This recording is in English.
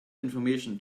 information